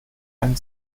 einen